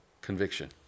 conviction